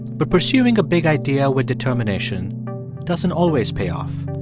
but pursuing a big idea with determination doesn't always pay off.